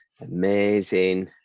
amazing